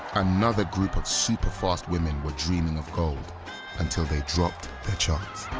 another group of superfast women were dreaming of gold until they dropped their chance.